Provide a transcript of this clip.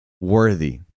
worthy